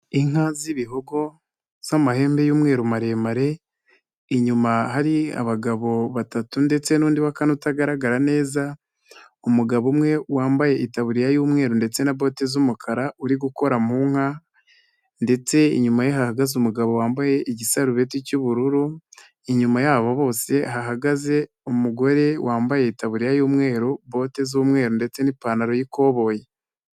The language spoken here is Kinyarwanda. Inka z'ibihogo z'amahembe y'umweru maremare, inyuma hari abagabo batatu ndetse n'undi wa kane utagaragara neza umugabo umwe wambaye itaburiya y'umweru ndetse na bote z'umukara uri gukora mu nka, ndetse inyuma ye hahagaze umugabo wambaye igiserubeti cy'ubururu, inyuma yabo bose hahagaze umugore wambaye itaburiya y'umweru, bote z'umweru ndetse n'ipantaro y'ikoboyi.